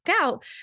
out